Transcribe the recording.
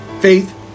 Faith